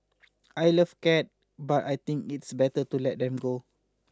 I love cat but I think it's better to let them go